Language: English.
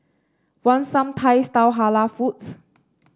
want some Thai style Halal foods